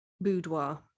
boudoir